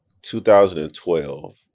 2012